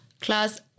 Class